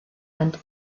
and